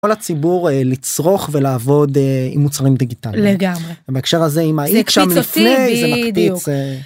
כל הציבור לצרוך ולעבוד עם מוצרים דיגיטליים. לגמרי. ובהקשר הזה עם היית שם לפני זה מקפיץ.בדיוק